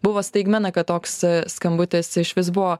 buvo staigmena kad toks skambutis išvis buvo